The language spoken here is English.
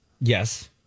Yes